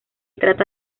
trata